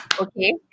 Okay